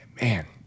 man